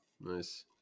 Nice